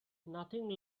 nothing